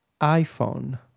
iPhone